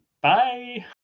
Bye